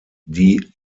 die